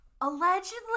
Allegedly